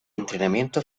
entrenamiento